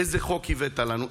איזה חוק הבאת לנו,